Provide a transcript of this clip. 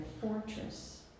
fortress